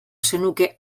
zenuke